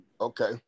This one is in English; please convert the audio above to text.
Okay